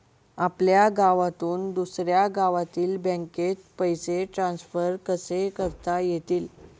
आपल्या गावातून दुसऱ्या गावातील बँकेत पैसे ट्रान्सफर कसे करता येतील?